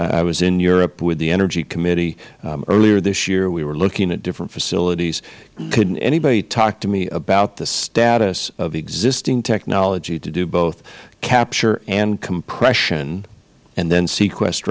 i was in europe with the energy committee earlier this year we were looking at different facilities can anybody talk to me about the status of existing technology to do both capture and compression and then sequest